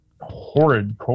horrid